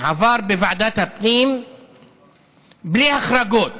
עבר בוועדת הפנים בלי החרגות,